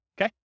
Okay